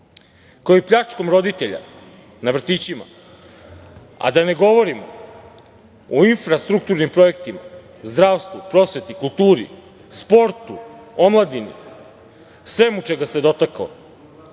kao i pljačkom roditelja na vrtićima. Da ne govorim o infrastrukturnim projektima, zdravstvu, prosveti, kulturi, sportu, omladini, svemu čega se dotakao,